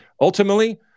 ultimately